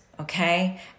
okay